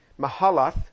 Mahalath